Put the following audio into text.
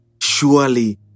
Surely